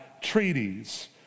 treaties